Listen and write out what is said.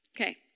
Okay